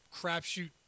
crapshoot